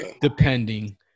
Depending